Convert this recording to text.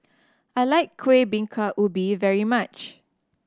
I like Kuih Bingka Ubi very much